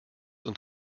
und